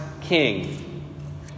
king